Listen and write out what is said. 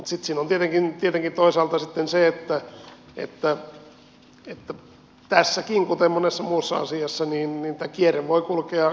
mutta siinä on tietenkin toisaalta sitten se että tässäkin kuten monessa muussa asiassa tämä kierre voi kulkea kahteen suuntaan